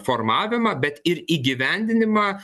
formavimą bet ir įgyvendinimą